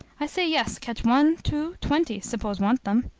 i say yes, catch one, two, twenty, suppose want them.